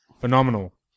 Phenomenal